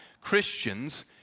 Christians